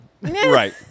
Right